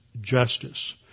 justice